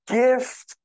gift